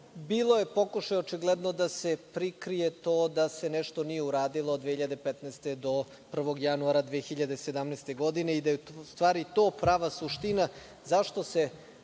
Bilo je pokušaja očigledno da se prikrije to da se nešto nije uradilo 2015. do 1. januara 2017. godine i da je u stvari to prava suština zašto se